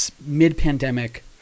mid-pandemic